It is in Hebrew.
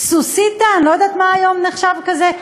"סוסיתא" אני לא יודעת מה היום נחשב כזה,